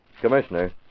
Commissioner